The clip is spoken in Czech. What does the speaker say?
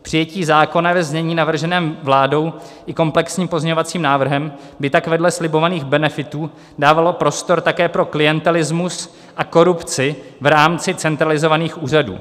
Přijetí zákona ve znění navrženém vládou i komplexním pozměňovacím návrhem by tak vedle slibovaných benefitů dávalo prostor také pro klientelismus a korupci v rámci centralizovaných úřadů.